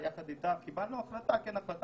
יחד איתך ועם חברי הוועדה,